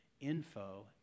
Info